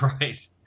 Right